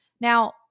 Now